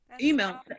email